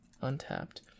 untapped